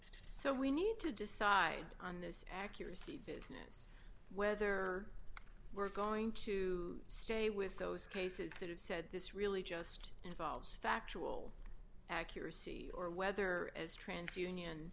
so we need to decide on this accuracy business whether we're going to stay with those cases that have said this really just involves factual accuracy or whether as trance union